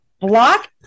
block